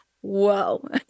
Whoa